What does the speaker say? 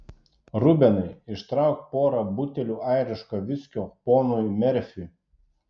rubenai ištrauk porą butelių airiško viskio ponui merfiui